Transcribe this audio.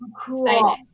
Cool